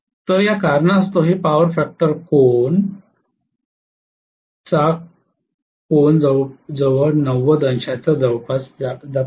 तर या कारणास्तव हे पॉवर फॅक्टर कोन चा कोन जवळजवळ 90 अंशांच्या जवळपास जातो